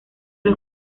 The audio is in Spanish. los